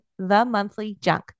ThemonthlyJunk